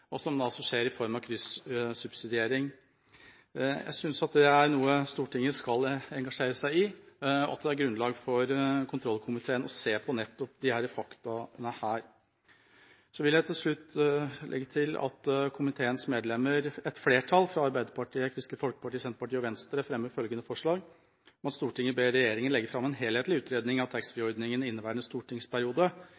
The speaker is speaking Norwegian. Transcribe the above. og dette skjer i form av kryssubsidiering. Jeg synes dette er noe Stortinget skal engasjere seg i, og at det er grunnlag for kontrollkomiteen å se på nettopp disse faktaene. Jeg vil til slutt legge til at komiteens medlemmer, et flertall fra Arbeiderpartiet, Kristelig Folkeparti, Senterpartiet og Venstre, fremmer følgende forslag: «Stortinget ber regjeringen legge fram en helhetlig utredning om taxfree-ordningen i inneværende stortingsperiode, inkludert en gjennomgang av